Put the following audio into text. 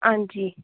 हांजी